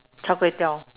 char kway teow